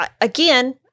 Again